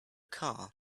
car